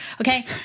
Okay